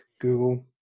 Google